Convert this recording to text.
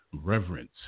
Reverence